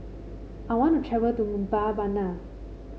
I want to travel to Mbabana